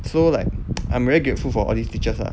so like I'm very grateful for all these teachers lah